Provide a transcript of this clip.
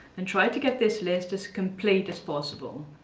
and try to get this list as complete as possible.